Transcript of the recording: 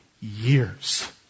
years